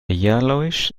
yellowish